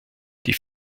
die